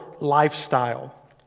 lifestyle